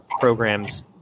programs